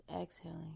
exhaling